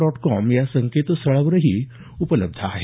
dot com या संकेतस्थळावरही उपलब्ध आहे